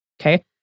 okay